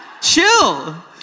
chill